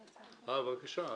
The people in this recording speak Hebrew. בבקשה.